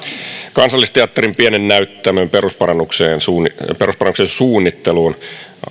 kansallisteatterin pienen näyttämön perusparannuksen suunnitteluun suunnitteluun